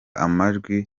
amajwi